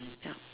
ya